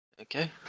Okay